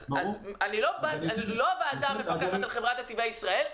אני לא הוועדה שמפקחת על חברת נתיבי ישראל,